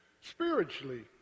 Spiritually